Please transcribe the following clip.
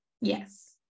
Yes